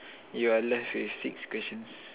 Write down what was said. you are left with six questions